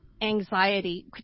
anxiety